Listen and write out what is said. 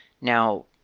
Now